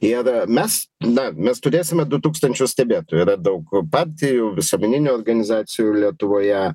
ir mes na mes turėsime du tūkstančius stebėtojų yra daug partijų visuomeninių organizacijų lietuvoje